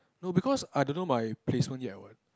no because I don't know my placement yet what